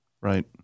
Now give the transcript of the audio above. Right